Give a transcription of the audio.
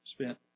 spent